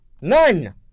None